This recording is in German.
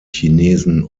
chinesen